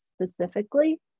specifically